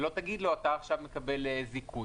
ולא תגיד לו: אתה עכשיו מקבל זיכוי.